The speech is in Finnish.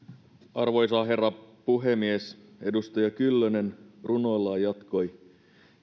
arvoisa herra puhemies edustaja kyllönen runollaan jatkoi